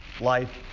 life